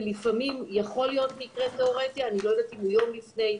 ולפעמים יכול להיות מקרה תיאורטי אני לא יודעת אם הוא יום לפני,